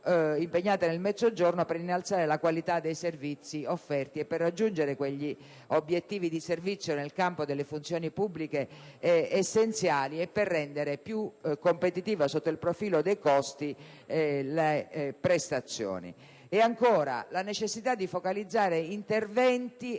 impegnate nel Mezzogiorno, di innalzare la qualità dei servizi offerti, di raggiungere quegli obiettivi di servizio nel campo delle funzioni pubbliche essenziali e di rendere più competitive, sotto il profilo dei costi, le prestazioni. Vi è inoltre la necessità di focalizzare interventi